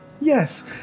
yes